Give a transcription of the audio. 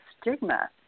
stigma